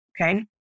okay